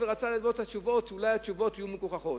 אולי התשובות יהיו מגוחכות,